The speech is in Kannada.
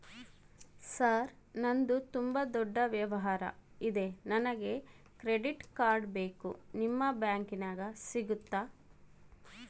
ಸರ್ ನಂದು ತುಂಬಾ ದೊಡ್ಡ ವ್ಯವಹಾರ ಇದೆ ನನಗೆ ಕ್ರೆಡಿಟ್ ಕಾರ್ಡ್ ಬೇಕು ನಿಮ್ಮ ಬ್ಯಾಂಕಿನ್ಯಾಗ ಸಿಗುತ್ತಾ?